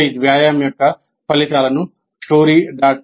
ఈ వ్యాయామం యొక్క ఫలితాలను story